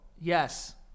Yes